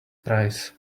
price